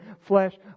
flesh